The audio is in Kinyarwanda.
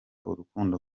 urukundo